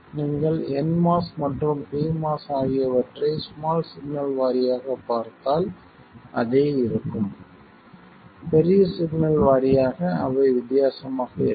நீங்கள் nMOS மற்றும் pMOS ஆகியவற்றை ஸ்மால் சிக்னல் வாரியாகப் பார்த்தால் அதே இருக்கும் பெரிய சிக்னல் வாரியாக அவை வித்தியாசமாக இருக்கும்